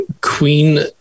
Queen